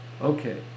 Okay